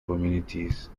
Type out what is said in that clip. communities